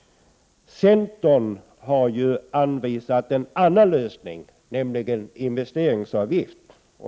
Centern har anvisat en annan lösning, nämligen en investeringsavgift.